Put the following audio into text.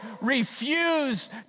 refuse